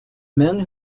men